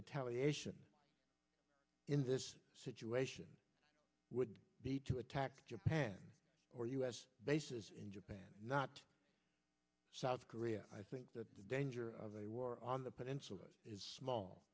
retaliation in this situation would be to attack japan or u s bases in japan not south korea i think the danger of a war on the peninsula is small